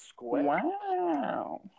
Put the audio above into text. Wow